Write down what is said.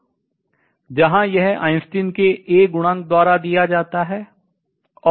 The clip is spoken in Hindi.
जहां यह आइंस्टीन के A गुणांक द्वारा दिया जाता है